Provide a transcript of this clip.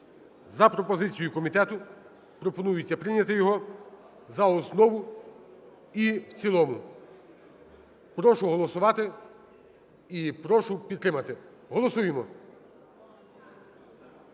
За пропозицією комітету пропонується прийняти його за основу і в цілому. Прошу голосувати і прошу підтримати. Голосуємо.